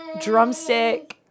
drumstick